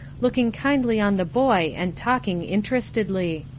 looking kindly on the boy and talking interestedly.